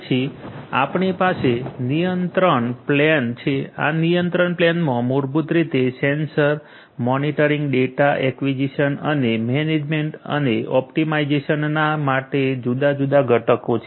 પછી આપણી પાસે નિયંત્રણ પ્લેન છે આ નિયંત્રણ પ્લેનમાં મૂળભૂત રીતે સેન્સર મોનિટરિંગ ડેટા એક્વિઝિશન અને મેનેજમેન્ટ અને ઓપ્ટિમાઇઝેશન ના માટે જુદા જુદા ઘટકો હોય છે